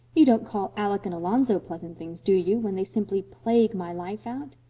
you don't call alec and alonzo pleasant things, do you, when they simply plague my life out?